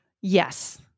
Yes